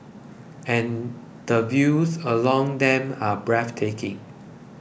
and the views along them are breathtaking